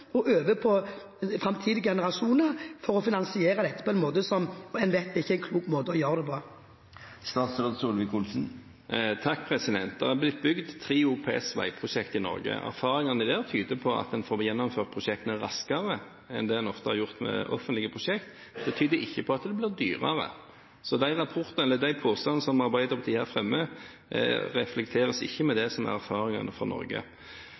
kostnadene over på bilistene og framtidige generasjoner for å finansiere dette på en på en måte som man vet ikke er en klok måte å gjøre det på? Det har blitt bygd tre OPS-veiprosjekter i Norge. Erfaringene derfra tyder på at en får gjennomført prosjektene raskere enn det en ofte har fått gjort med offentlige prosjekter. Det tyder ikke på at det blir dyrere. Så de påstandene som Arbeiderpartiet her fremmer, reflekteres ikke i erfaringene fra Norge.